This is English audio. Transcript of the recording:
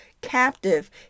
captive